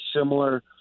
similar